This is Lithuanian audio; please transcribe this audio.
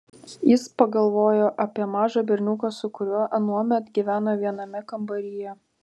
jis pagalvojo apie mažą berniuką su kuriuo anuomet gyveno viename kambaryje